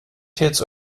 hierzu